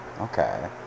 Okay